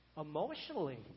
emotionally